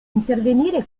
intervenire